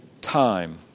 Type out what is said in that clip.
time